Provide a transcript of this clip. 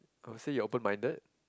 I would say you're open minded